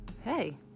hey